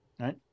right